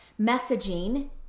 messaging